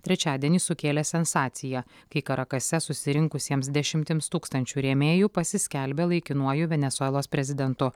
trečiadienį sukėlė sensaciją kai karakase susirinkusiems dešimtims tūkstančių rėmėjų pasiskelbė laikinuoju venesuelos prezidentu